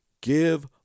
give